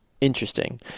Interesting